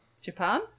Japan